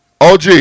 OG